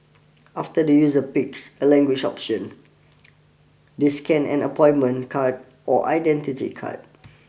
after the user picks a language option they scan an appointment card or identity card